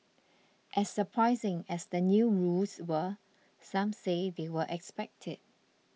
as surprising as the new rules were some say they were expected